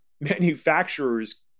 manufacturers